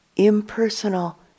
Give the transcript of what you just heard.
impersonal